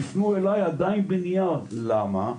תשלחו לי עדיין בנייר ולמה?